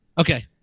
Okay